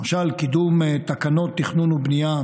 למשל קידום תקנות תכנון ובנייה,